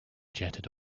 jetted